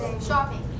Shopping